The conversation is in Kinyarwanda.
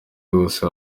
hose